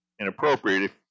inappropriate